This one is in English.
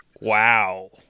wow